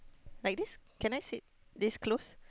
like this can I sit this close